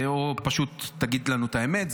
או פשוט תגיד לנו את האמת.